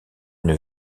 une